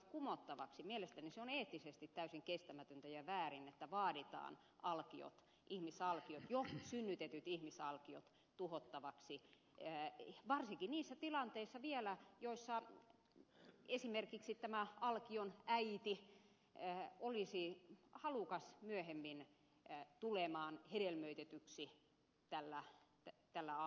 mielestäni se on eettisesti täysin kestämätöntä ja väärin että vaaditaan alkiot ihmisalkiot jo synnytetyt ihmisalkiot tuhottavaksi varsinkin niissä tilanteissa vielä joissa esimerkiksi alkion äiti olisi halukas myöhemmin tulemaan hedelmöitetyksi tällä